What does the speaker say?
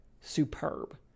superb